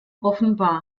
offenbar